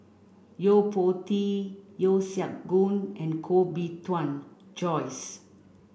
Yo Po Tee Yeo Siak Goon and Koh Bee Tuan Joyce